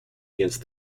against